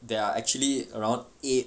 there are actually around eight